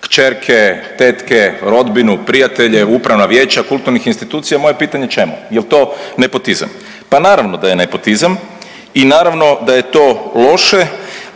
kćerke, tetke, rodbinu, prijatelje u Upravna vijeća kulturnih institucija. Moje je pitanje čemu? Jel' to nepotizam? Pa naravno da je nepotizam i naravno da je to loše,